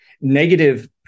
negative